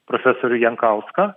profesorių jankauską